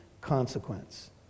consequence